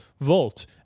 Volt